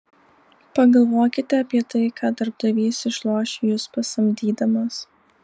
pagalvokite apie tai ką darbdavys išloš jus pasamdydamas